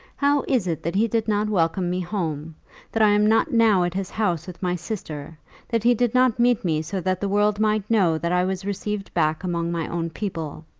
how is it that he did not welcome me home that i am not now at his house with my sister that he did not meet me so that the world might know that i was received back among my own people?